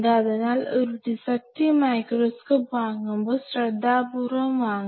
അതിനാൽ ഒരു dissecting microscope വാങ്ങുമ്പോൾ ശ്രദ്ധാപൂർവ്വം വാങ്ങണം